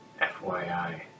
FYI